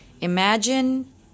Imagine